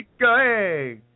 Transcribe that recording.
hey